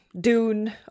Dune